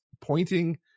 pointing